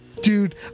Dude